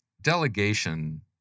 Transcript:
Delegation